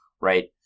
right